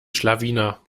schlawiner